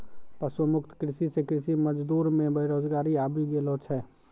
पशु मुक्त कृषि से कृषि मजदूर मे बेरोजगारी आबि गेलो छै